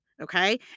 Okay